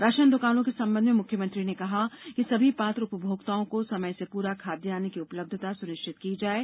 राषन दुकानों के संबंध में मुख्यमंत्री ने कहा कि सभी पात्र उपभोक्ताओं को समय से पुरा खाद्यान्न की उपलब्धता सुनिष्चित की जाये